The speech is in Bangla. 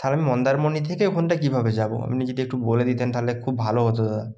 থালে আমি মন্দারমণি থেকে ওখানটায় কীভাবে যাবো আপনি যদি একটু বলে দিতেন থালে খুব ভালো হতো দাদা